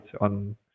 on